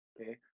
Okay